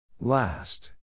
Last